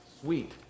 sweet